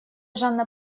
жанна